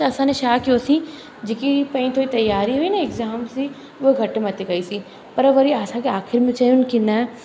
त असां ने छा कयोसीं जेकी पंहिंजी थोरी तयारी हुई न एग्ज़ाम्स जी उहो घटि मथे कइसीं पर वरी असांखे आख़िर में चयोनि की न